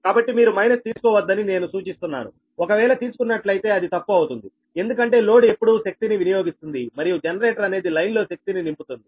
కాబట్టి మీరు మైనస్ తీసుకోవద్దని నేను సూచిస్తున్నానుఒకవేళ తీసుకున్నట్లయితే అది తప్పు అవుతుంది ఎందుకంటే లోడ్ ఎప్పుడూ శక్తిని వినియోగిస్తుంది మరియు జనరేటర్ అనేది లైన్లో శక్తిని నింపుతుంది